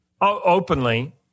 openly